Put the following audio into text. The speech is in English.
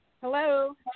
Hello